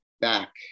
back